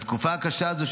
בתקופה קשה זו,